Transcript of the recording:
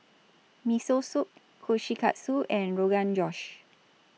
Miso Soup Kushikatsu and Rogan Josh